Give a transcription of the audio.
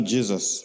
Jesus